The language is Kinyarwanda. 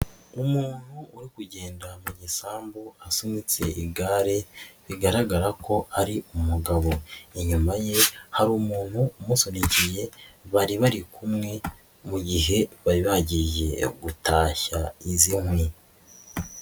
Umuntu uri kugenda mu gisambu asunitse igare bigaragara ko ari umugabo, inyuma ye hari umuntu umusunikiye bari bari kumwe mu gihe bari bagiye gutashya izi nkwi.